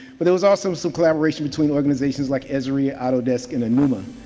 but, there was also some collaboration between organizations like esri autodesk and anuma.